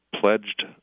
pledged